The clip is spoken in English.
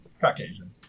caucasian